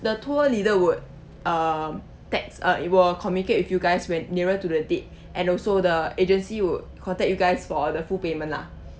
the tour leader would uh text or will communicate with you guys when nearer to the date and also the agency would contact you guys for the full payment lah